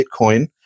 Bitcoin